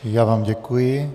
Já vám děkuji.